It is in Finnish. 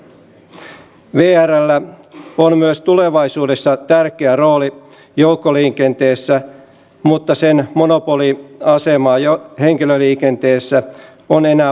vrllä on myös tulevaisuudessa tärkeä rooli joukkoliikenteessä mutta sen monopoli asemaa henkilöliikenteessä on enää vaikea perustella